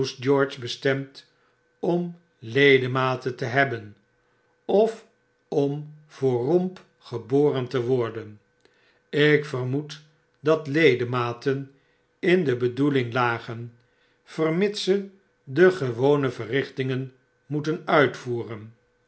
george bestemd om ledematen te hebben of om voor romp geboren te worden ik vermoed dat ledematen in de bedoeling lagen vermits ze de gewone verrichtingen moeten uitvoeren